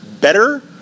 better